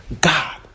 God